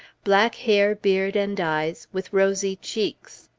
black hair, beard, and eyes, with rosy cheeks.